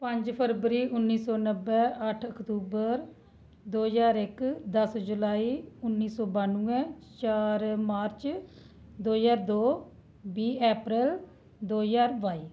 पंज फरवरी उन्नी सौ नब्बै अट्ठ अक्तूबर दो ज्हार इक दस जुलाई उन्नी सौ बानुवैं चार मार्च दो ज्हार दो बीह् अप्रैल दो ज्हार बाई